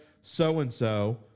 so-and-so